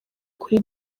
kuri